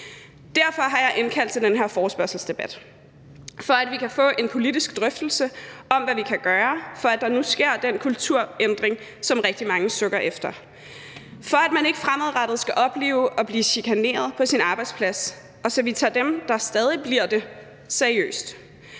Derfor har jeg indkaldt til den her forespørgselsdebat, så vi kan få en politisk drøftelse af, hvad vi kan gøre, for at der nu sker den kulturændring, som rigtig mange sukker efter, så man ikke fremadrettet skal opleve at blive chikaneret på sin arbejdsplads, og så vi tager dem, der stadig bliver det, seriøst.